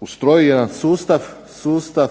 ustroji jedan sustav, sustav